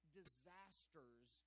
disasters